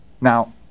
Now